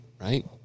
Right